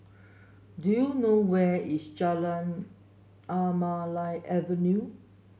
do you know where is Anamalai Avenue